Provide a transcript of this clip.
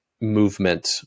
movement